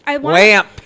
Lamp